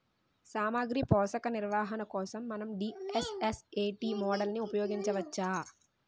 సామాగ్రి పోషక నిర్వహణ కోసం మనం డి.ఎస్.ఎస్.ఎ.టీ మోడల్ని ఉపయోగించవచ్చా?